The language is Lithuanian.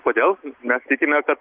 kodėl mes tikime kad